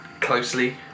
closely